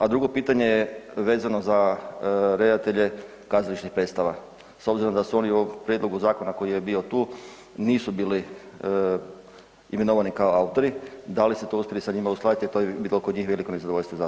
A drugo pitanje je vezano za redatelje kazališnih predstava s obzirom da su oni u ovom prijedlogu zakona koji je bio tu nisu bili imenovani kao autori, da li ste to uspjeli sa njima uskladiti jel to je bilo kod njih veliko nezadovoljstvo izazvalo?